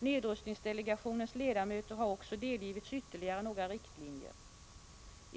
Nedrustningsdelegationens ledamöter har också delgivits ytterligare några riktlinjer.